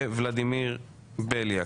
וולדימיר בליאק.